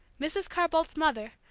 mrs. carr-boldt's mother,